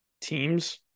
teams